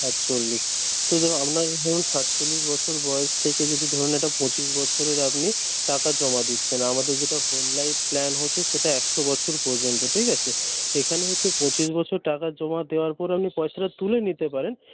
সাতচ্চলিশ তো দেখুন আপনাকে ধরুন সাতচল্লিশ বছর বয়স থেকে যদি ধরুন এটা পঁচিশ বছরের আপনি টাকা জমা দিচ্ছেন আমাদের যেটা হোল লাইফ প্ল্যান হচ্ছে সেটা একশো বছর পর্যন্ত ঠিক আছে এখান হচ্ছে পঁচিশ বছর টাকা জমা দেওয়ার পর আপনি পয়সাটা তুলে নিতে পারেন